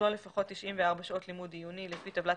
תכלול לפחות 94 שעות לימוד עיוני לפי טבלת